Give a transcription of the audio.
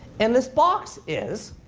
and this box is